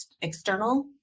external